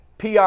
PR